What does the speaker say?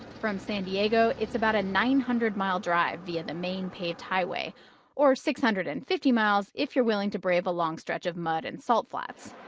from san diego it's about a nine hundred mile drive via the main paveed highway or six hundred and fifty miles if you're willing to brave a long stretch of mud and salt flats.